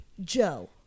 Joe